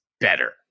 better